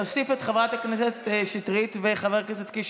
נוסיף את חברת הכנסת שטרית ואת חבר הכנסת קיש,